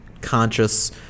conscious